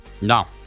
No